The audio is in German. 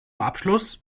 abschluss